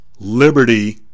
liberty